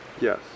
Yes